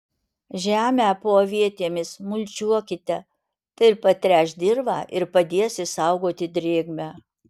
žemę po avietėmis mulčiuokite tai ir patręš dirvą ir padės išsaugoti drėgmę